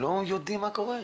ולא יודעים מה קורה.